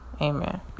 amen